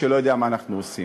שלא יודע מה אנחנו עושים.